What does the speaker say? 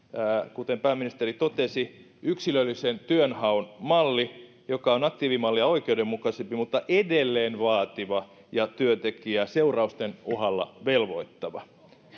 kuten pääministeri totesi yksilöllisen työnhaun malli joka on aktiivimallia oikeudenmukaisempi mutta edelleen vaativa ja työntekijää seurausten uhalla velvoittava